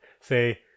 say